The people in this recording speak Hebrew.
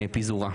פיזורה.